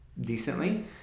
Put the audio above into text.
decently